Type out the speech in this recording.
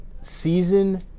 Season